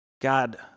God